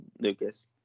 Lucas